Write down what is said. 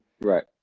right